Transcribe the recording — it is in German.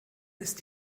ist